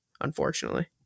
unfortunately